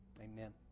amen